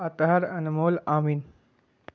اطحہر انمول عامن